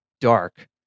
dark